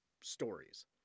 stories